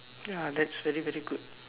ya that's very very good